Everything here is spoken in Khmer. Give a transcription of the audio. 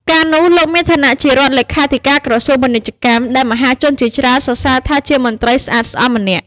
កាលនោះលោកមានឋានៈជារដ្ឋលេខាធិការក្រសួងពាណិជ្ជកម្ម ដែលមហាជនជាច្រើនសរសើរថាជាមន្រ្តីស្អាតស្អំម្នាក់ ។